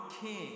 king